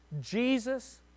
Jesus